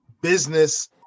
business